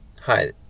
Hi